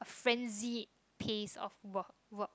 frenzy pace of work work